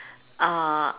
uh